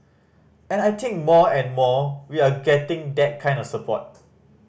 and I think more and more we are getting that kind of support